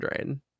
drain